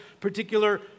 particular